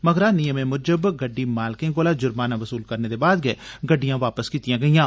मगरा नियमें मुजब गड्डी मालकें कोला जुर्माना बसूल करने दे बाद गे गड्डियां वापस कीतियां गेइयां